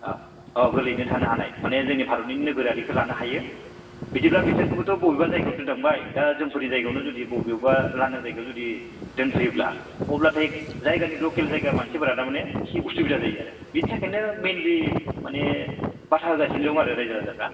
अ औ गोरलैयैनो थानो हानाय माने जोंनि भारतनि नोगोरारिखो लानो हायो बिदिब्ला बिसोरखौबोथ' बबेबा जायगायाव दोननांबाय दा जोंफोरनि जायगायावनो जुदि बबेयावबा लांदां जायगायाव जुदि दोनफैयोब्ला अब्लाथाय जायगानि लकेल जायगा मानसिफोरा थारमाने इसे असुबिदा जायो आरो बिनि थाखायनो मेनलि माने बादा होगासिनो दं आरो रायजो राजाफ्रा